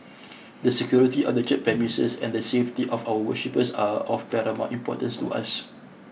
the security of the church premises and the safety of our worshippers are of paramount importance to us